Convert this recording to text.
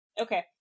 Okay